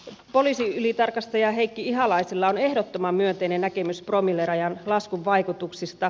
poliisiylitarkastaja heikki ihalaisella on ehdottoman myönteinen näkemys promillerajan laskun vaikutuksista